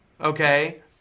Okay